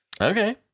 Okay